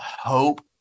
hope